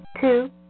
Two